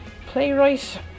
playwright